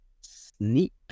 sneak